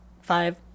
Five